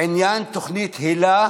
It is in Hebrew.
עניין תוכנית היל"ה,